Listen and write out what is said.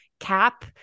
cap